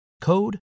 code